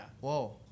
Whoa